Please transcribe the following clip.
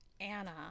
Anna